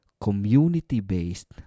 Community-based